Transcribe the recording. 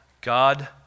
God